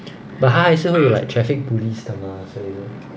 but 它还是会有 like traffic police 的嘛所以